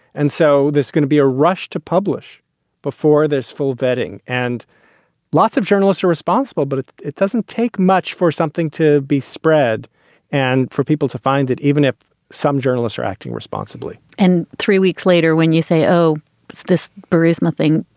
and so there's gonna be a rush to publish before there's full vetting and lots of journalists are responsible, but it it doesn't take much for something to be spread and for people to find it, even if some journalists are acting responsibly and three weeks later, when you say, oh, it's this prisma thing,